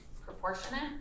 proportionate